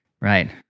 Right